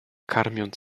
karmiąc